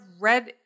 read